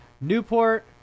newport